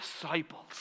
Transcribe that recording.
disciples